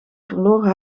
verloren